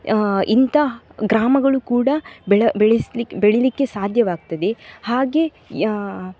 ಇಂಥ ಗ್ರಾಮಗಳು ಕೂಡ ಬೆಳೆ ಬೆಳೆಸಲಿ ಬೆಳಿಲಿಕ್ಕೆ ಸಾಧ್ಯವಾಗ್ತದೆ ಹಾಗೇ ಯಾ